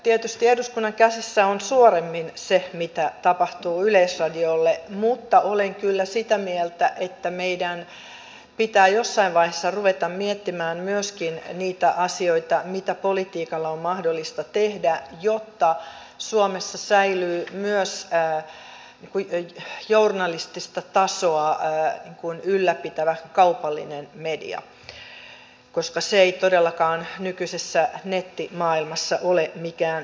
tietysti eduskunnan käsissä on suoremmin se mitä tapahtuu yleisradiolle mutta olen kyllä sitä mieltä että meidän pitää jossain vaiheessa ruveta miettimään myöskin niitä asioita mitä politiikalla on mahdollista tehdä jotta suomessa säilyy myös journalistista tasoa ylläpitävä kaupallinen media koska se ei todellakaan nykyisessä nettimaailmassa ole mikään itsestäänselvyys